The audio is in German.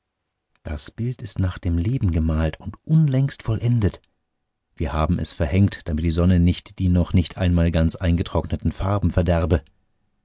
das bild ist nach dem leben gemalt und unlängst vollendet wir haben es verhängt damit die sonne nicht die noch nicht einmal ganz eingetrockneten farben verderbe